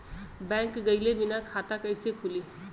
Bank गइले बिना खाता कईसे खुली?